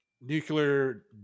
Nuclear